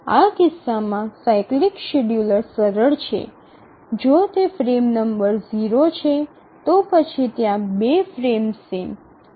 આ કિસ્સામાં cycling scheduler સરળ છે જો તે ફ્રેમ નંબર 0 છે તો પછી ત્યાં બે ફ્રેમ્સ છે